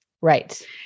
Right